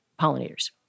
pollinators